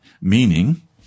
meaning